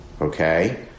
Okay